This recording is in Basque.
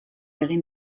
egin